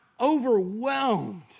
overwhelmed